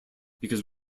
because